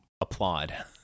applaud